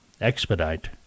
Expedite